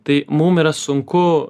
tai mum yra sunku